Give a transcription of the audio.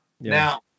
Now